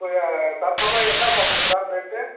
இப்போ தற்சமயம் என்ன சார் கிராம் ரேட்டு